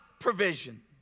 provision